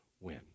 win